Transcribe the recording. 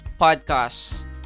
podcast